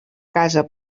casa